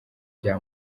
bya